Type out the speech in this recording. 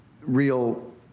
real